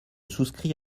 souscris